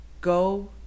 Go